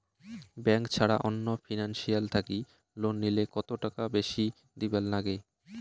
Bank ছাড়া অন্য financial থাকি লোন নিলে কতটাকা বেশি দিবার নাগে?